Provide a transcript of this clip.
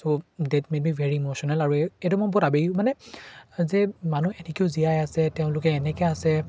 so that made me very emotional আৰু এইটো মই বহুত আবেগিক মানে যে মানুহ এনেকৈয়ো জীয়াই আছে তেওঁলোকে এনেকৈ আছে